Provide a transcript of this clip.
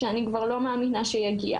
שאני כבר לא מאמינה שיגיע.